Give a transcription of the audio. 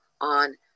on